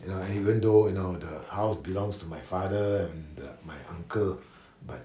you know even though you know the house belongs to my father and the my uncle but